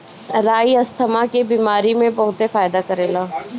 राई asthma के बेमारी में बहुते फायदा करेला